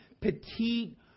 petite